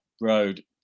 road